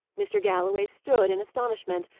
mr. galloway stood in astonishment,